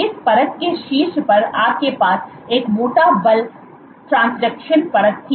इस परत के शीर्ष पर आपके पास एक मोटा बल ट्रांसडक्शन परत थी